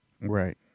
Right